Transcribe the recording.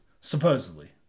Supposedly